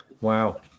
Wow